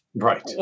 Right